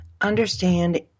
understand